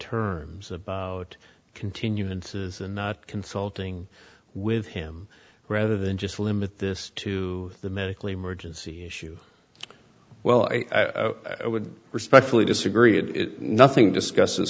terms about continuances and not consulting with him rather than just limit this to the medical emergency issue well i would respectfully disagree it is nothing discusse